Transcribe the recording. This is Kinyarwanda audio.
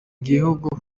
igihugu